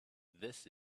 this